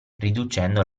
riducendo